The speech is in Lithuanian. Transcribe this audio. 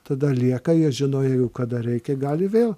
tada lieka jie žino jeigu kada reikia gali vėl